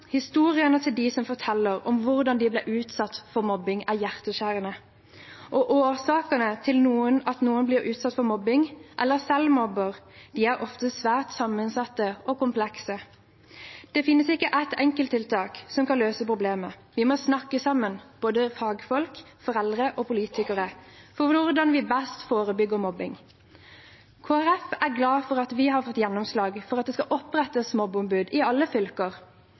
Historiene til dem som forteller om hvordan de ble utsatt for mobbing, er hjerteskjærende. Årsakene til at noen blir utsatt for mobbing eller selv mobber, er ofte svært sammensatte og komplekse. Det finnes ikke et enkelttiltak som kan løse problemet. Vi må snakke sammen, både fagfolk, foreldre og politikere, om hvordan vi best forebygger mobbing. Vi i Kristelig Folkeparti er glade for at vi har fått gjennomslag for at det skal opprettes mobbeombud i alle fylker.